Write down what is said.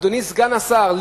אדוני סגן השר,